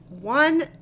one